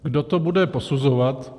Kdo to bude posuzovat?